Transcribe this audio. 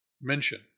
mention